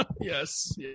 yes